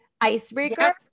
icebreaker